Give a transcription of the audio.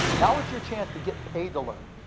now it's your chance to get paid to learn.